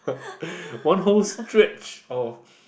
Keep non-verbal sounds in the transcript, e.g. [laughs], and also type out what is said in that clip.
[laughs] one whole stretch of